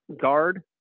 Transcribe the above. guard